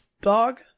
dog